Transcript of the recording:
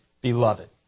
beloved